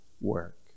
work